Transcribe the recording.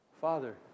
Father